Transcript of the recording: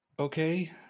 okay